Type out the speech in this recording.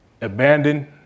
abandoned